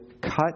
cut